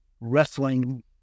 wrestling